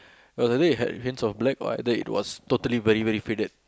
well either it had hints of black or either it was totally very very faded